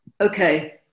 Okay